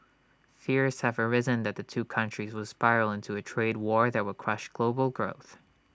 fears have arisen that the two countries will spiral into A trade war that will crush global growth